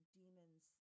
demons